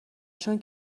چون